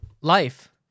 life